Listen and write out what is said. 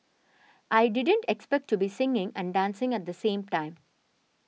I didn't expect to be singing and dancing at the same time